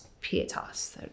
pietas